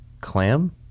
clam